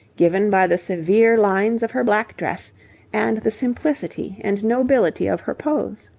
given by the severe lines of her black dress and the simplicity and nobility of her pose.